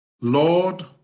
Lord